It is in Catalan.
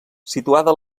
situada